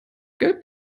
gelb